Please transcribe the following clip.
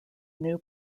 new